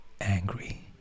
angry